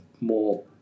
more